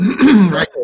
Right